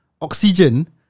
oxygen